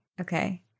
Okay